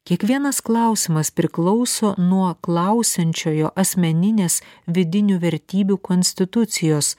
kiekvienas klausimas priklauso nuo klausiančiojo asmeninės vidinių vertybių konstitucijos